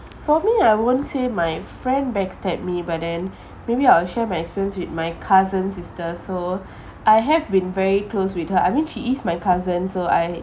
for me I won't say my friend backstab me but then maybe I'll share my experience with my cousin sister so I have been very close with her I mean she is my cousin so I